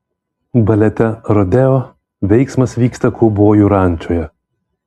balete rodeo veiksmas vyksta kaubojų rančoje